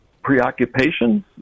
Preoccupations